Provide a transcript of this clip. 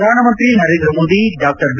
Pradhan Mantri Narendra Modi Dr B